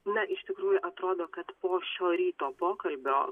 na iš tikrųjų atrodo kad po šio ryto pokalbio